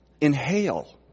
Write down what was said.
inhale